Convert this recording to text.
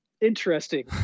interesting